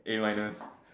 A minus